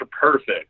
Perfect